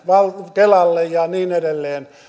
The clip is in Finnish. kelalle ja niin edelleen